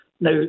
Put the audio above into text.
Now